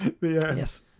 Yes